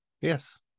Yes